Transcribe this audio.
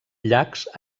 llacs